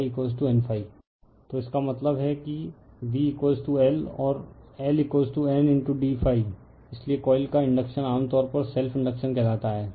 refer slide time 3510 तो इसका मतलब है v L और L Nd इसलिए कॉइल का इंडक्शन आमतौर पर सेल्फ इंडक्शन कहलाता है